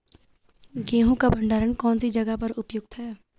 गेहूँ का भंडारण कौन सी जगह पर उपयुक्त है?